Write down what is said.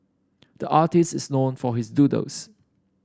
the artist is known for his doodles